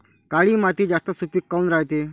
काळी माती जास्त सुपीक काऊन रायते?